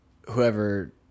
whoever